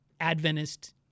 Adventist